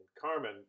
Carmen